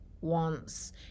wants